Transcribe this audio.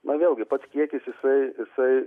na vėlgi pats kiekis jisai jisai